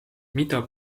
mida